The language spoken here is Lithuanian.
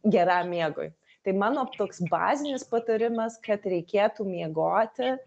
geram miegui tai mano toks bazinis patarimas kad reikėtų miegoti